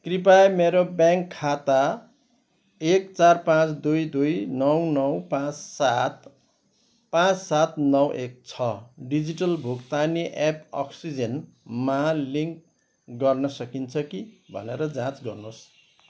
कृपया मेरो ब्याङ्क खाता एक चार पाँच दुई दुई नौ नौ पाँच सात पाँच सात नौ एक छ डिजिटल भुक्तानी एप अक्सिजेनमा लिङ्क गर्न सकिन्छ कि भनेर जाँच गर्नुहोस्